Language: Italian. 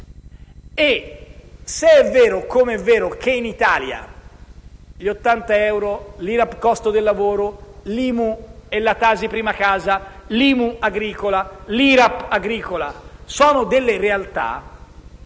E se è vero, com'è vero, che in Italia gli ottanta euro, l'IRAP sul costo del lavoro, l'IMU e la TASI sulla prima casa, l'IMU agricola e l'IRAP agricola sono delle realtà,